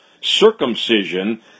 circumcision